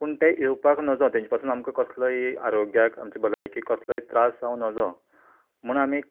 पूण तें येवपाक नजो तेजा पासून आमकां कसलोय एक आरोग्याक आमचे भलायकेक कसलोय त्रास जावं नजो म्हण आमी